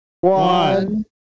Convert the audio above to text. one